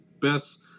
best